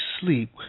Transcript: sleep